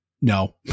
No